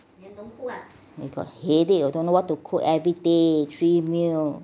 I got headache don't know what to cook everyday three meal